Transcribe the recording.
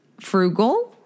frugal